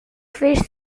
fist